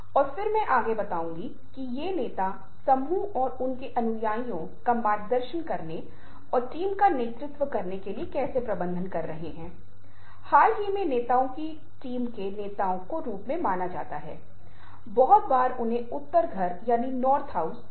कुछ भाषाएं हमें बताती हैं घटकों को अधिग्रहित किया जाता है कुछ अंतःक्षेपण कुछ अशाब्दिक प्रदर्शन प्राप्त किए जाते हैं जो व्यक्ति पहले उपयोग नहीं करता था और ये एक महत्वपूर्ण भूमिका निभाते हैं